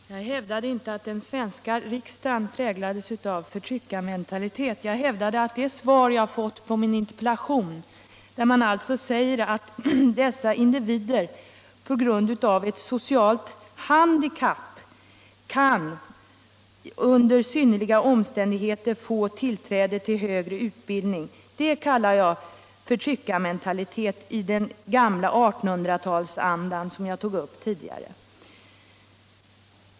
Herr talman! Jag hävdade inte att den svenska riksdagen präglades av förtryckarmentalitet; jag hävdade att det svar jag fått på min interpellation, i vilket det sägs att dessa individer på grund av ett socialt handikapp kan under synnerliga omständigheter få tillträde till högre utbildning, kan kallas förtryckarmentalitet i den gamla 1800-talsandan, vilket jag tog upp tidigare.